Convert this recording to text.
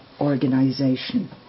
organization